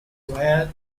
via